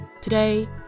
Today